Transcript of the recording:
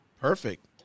Perfect